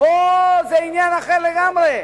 פה זה עניין אחר לגמרי.